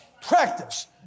Practice